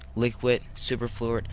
liquid, superfluid,